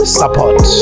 support